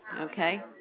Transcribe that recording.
Okay